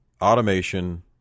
automation